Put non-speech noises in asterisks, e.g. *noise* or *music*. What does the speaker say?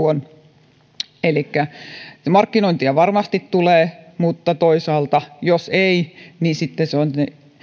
*unintelligible* on vastuu elikkä markkinointia varmasti tulee mutta toisaalta jos ei niin sitten se on